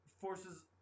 forces